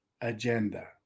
agenda